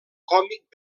còmic